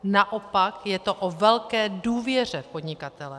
Naopak, je to o velké důvěře v podnikatele.